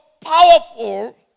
powerful